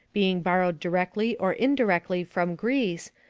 being borrowed directly or indirectly from greece,